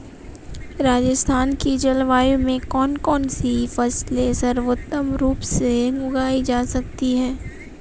राजस्थान की जलवायु में कौन कौनसी फसलें सर्वोत्तम रूप से उगाई जा सकती हैं?